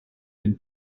den